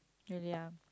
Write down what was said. really ah